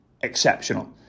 exceptional